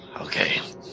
Okay